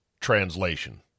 translation